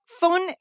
phone